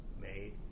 made